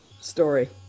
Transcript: story